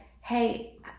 hey